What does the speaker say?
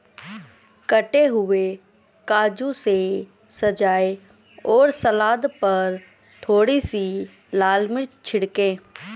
कटे हुए काजू से सजाएं और सलाद पर थोड़ी सी लाल मिर्च छिड़कें